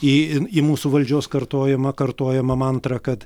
į į mūsų valdžios kartojamą kartojamą mantrą kad